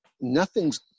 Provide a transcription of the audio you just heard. nothing's